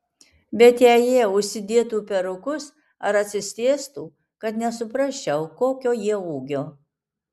bet jei jie užsidėtų perukus ar atsisėstų kad nesuprasčiau kokio jie ūgio